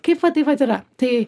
kaip vat tai vat yra tai